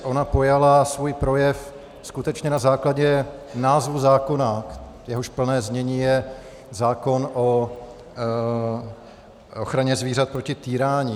Ona pojala svůj projev skutečně na základě názvu zákona, jehož plné znění je zákon o ochraně zvířat proti týrání.